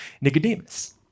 Nicodemus